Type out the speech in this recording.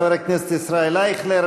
חבר הכנסת ישראל אייכלר,